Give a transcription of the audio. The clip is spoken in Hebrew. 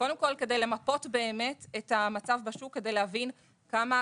קודם כל כדי למפות באמת את המצב בשוק כדי להבין כמה